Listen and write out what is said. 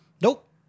nope